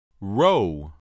Row